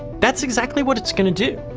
that's exactly what it's gonna do.